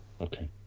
Okay